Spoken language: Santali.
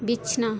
ᱵᱤᱪᱷᱱᱟᱹ